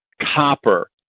copper